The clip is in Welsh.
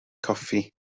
goffi